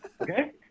Okay